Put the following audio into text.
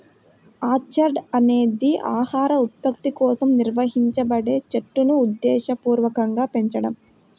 orchard అనేది ఆహార ఉత్పత్తి కోసం నిర్వహించబడే చెట్లును ఉద్దేశపూర్వకంగా పెంచడం